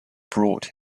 brought